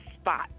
spot